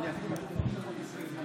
יסוד זו